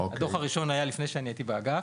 הדו"ח הראשון היה לפני שאני הייתי באגף.